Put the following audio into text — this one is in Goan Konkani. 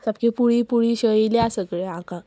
सामक्यो पुळी पुळी शैल्या सगळें आंगाक